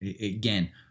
Again